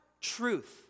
truth